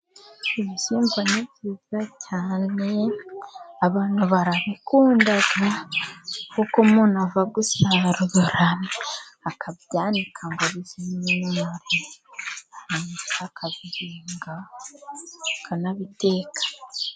Ibishyimbo ni byiza cyane abantu barabikunda, kuko umuntu ava gusarura akabyanika ngo bizume neza, yarangiza akabihinga akanabiteka.